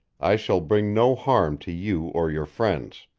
i shall bring no harm to you or your friends.